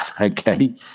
Okay